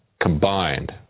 combined